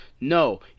No